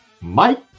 Mike